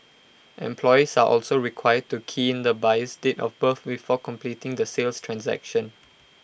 employees are also required to key in the buyer's date of birth before completing the sales transaction